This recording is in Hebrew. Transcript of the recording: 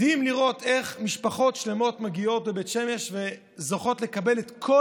מדהים לראות איך משפחות שלמות מגיעות לבית שמש וזוכות לקבל את כל